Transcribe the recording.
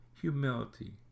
humility